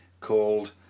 called